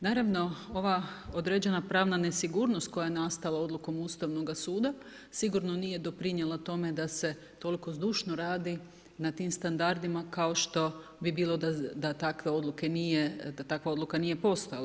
Naravno ova određena pravna nesigurnost koja je nastala odlukom Ustavnoga suda sigurno nije doprinijela tome da se toliko zdušno radi na tim standardima kao što bi bilo da takve odluke nije, da takva odluka nije postojala.